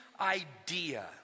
idea